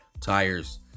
Tires